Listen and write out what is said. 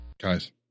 Guys